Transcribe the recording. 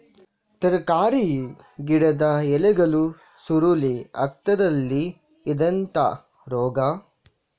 ತರಕಾರಿ ಗಿಡದ ಎಲೆಗಳು ಸುರುಳಿ ಆಗ್ತದಲ್ಲ, ಇದೆಂತ ರೋಗ?